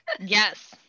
Yes